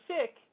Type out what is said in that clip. sick